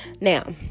Now